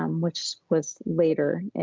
um which was later,